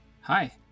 Hi